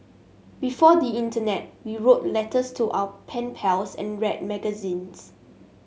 before the internet we wrote letters to our pen pals and read magazines